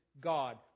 God